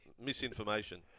Misinformation